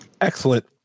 Excellent